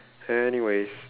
anyways